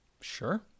Sure